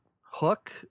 Hook